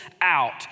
out